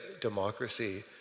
democracy